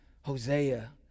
Hosea